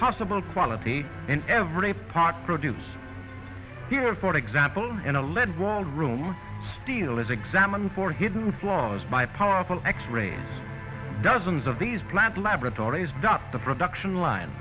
possible quality in every part produce here for example in a lead walled room steel is examined for hidden flaws by powerful x rays dozens of these plant laboratories does the production line